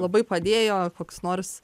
labai padėjo koks nors